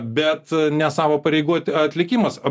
bet ne savo pareigų atlikimas o